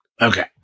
Okay